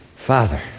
Father